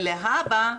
ולהבא,